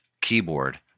keyboard